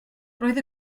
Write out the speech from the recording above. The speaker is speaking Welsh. roedd